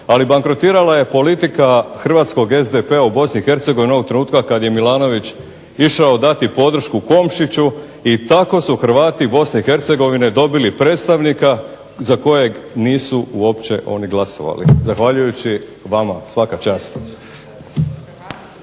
Ali, bankrotirala je politika hrvatskog SDP-a u BiH onog trenutka kad je Milanović išao dati podršku Komšiću i tako su Hrvati BiH dobili predstavnika za kojeg nisu uopće oni glasovali, zahvaljujući vama svaka čast.